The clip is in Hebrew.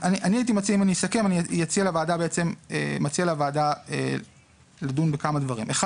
אסכם ואציע לוועדה לדון בכמה דברים: א',